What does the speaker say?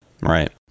right